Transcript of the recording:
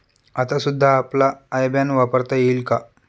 आता सुद्धा आपला आय बॅन वापरता येईल का?